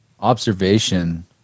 observation